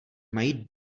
mají